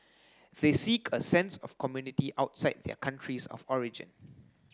they seek a sense of community outside their countries of origin